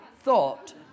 thought